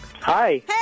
Hi